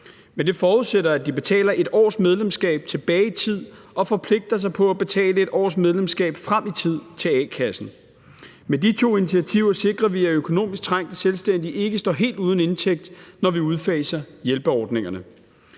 Men det forudsætter, at de betaler 1 års medlemskab tilbage i tid og forpligter sig på at betale 1 års medlemskab frem i tid til a-kassen. Med de to initiativer sikrer vi, at økonomisk trængte selvstændige ikke står helt uden indtægt, når vi udfaser hjælpeordningerne.